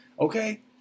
okay